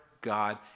God